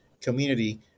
community